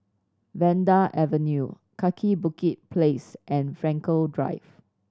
Vanda Avenue Kaki Bukit Place and Frankel Drive